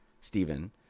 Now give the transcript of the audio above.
Stephen